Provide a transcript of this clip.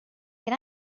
can